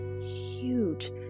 huge